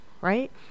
Right